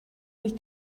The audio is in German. sich